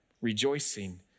Rejoicing